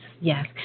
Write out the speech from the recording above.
yes